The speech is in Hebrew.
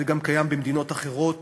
זה גם קיים במדינות אחרות